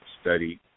study